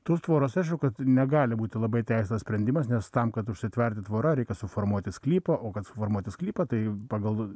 tos tvoros aišku kad negali būti labai teisėtas sprendimas nes tam kad užsitverti tvora reikia suformuoti sklypą o kad formuoti sklypą tai pagal